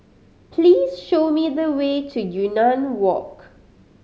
please show me the way to Yunnan Walk